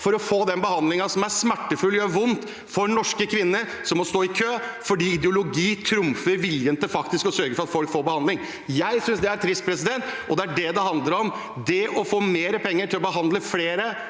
for å få denne behandlingen for en smertefull og vond lidelse, mens norske kvinner må stå i kø, fordi ideologi trumfer viljen til faktisk å sørge for at folk får behandling. Jeg synes det er trist, og det det handler om, er å få mer penger til å behandle flere.